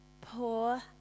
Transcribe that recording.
poor